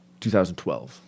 2012